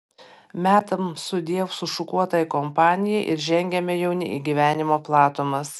metam sudiev sušukuotai kompanijai ir žengiame jauni į gyvenimo platumas